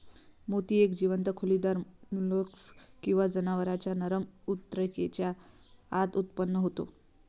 मोती एक जीवंत खोलीदार मोल्स्क किंवा जनावरांच्या नरम ऊतकेच्या आत उत्पन्न होतो